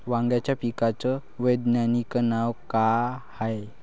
वांग्याच्या पिकाचं वैज्ञानिक नाव का हाये?